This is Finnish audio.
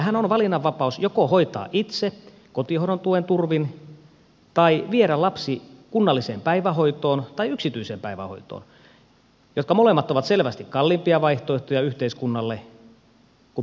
heillähän on valinnanvapaus joko hoitaa itse kotihoidon tuen turvin tai viedä lapsi kunnalliseen päivähoitoon tai yksityiseen päivähoitoon mitkä molemmat ovat selvästi kalliimpia vaihtoehtoja yhteiskunnalle kun päivähoito on tuettua